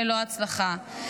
ללא הצלחה.